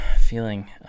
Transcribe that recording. feeling